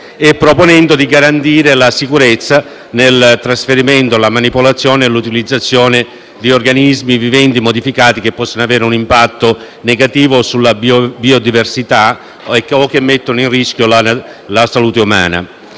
proponendo di garantire la sicurezza nel trasferimento, manipolazione e utilizzazione di organismi viventi modificati che possono avere un impatto negativo sulla biodiversità o che mettono a rischio la salute umana.